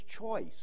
choice